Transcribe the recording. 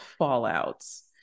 fallouts